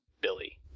Billy